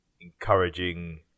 encouraging